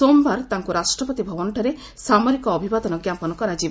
ସୋମବାର ତାଙ୍କୁ ରାଷ୍ଟ୍ରପତି ଭବନଠାରେ ସାମରିକ ଅଭିବାଦନ ଜ୍ଞାପନ କରାଯିବ